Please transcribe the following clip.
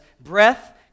Breath